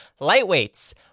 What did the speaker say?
lightweights